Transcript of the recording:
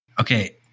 Okay